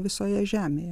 visoje žemėje